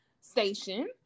station